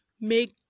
make